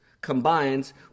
combines